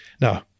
Now